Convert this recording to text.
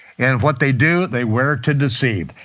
and what they do, they wear it to deceive.